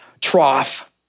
trough